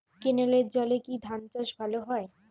ক্যেনেলের জলে কি ধানচাষ ভালো হয়?